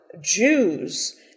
Jews